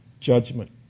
Judgment